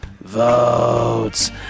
votes